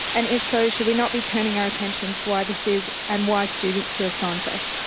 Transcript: and if so, should we not be turning our attention to why this is and why students feel so unsafe?